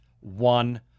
one